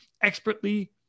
expertly